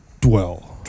Dwell